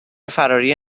فراری